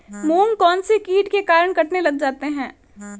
मूंग कौनसे कीट के कारण कटने लग जाते हैं?